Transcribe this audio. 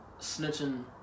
Snitching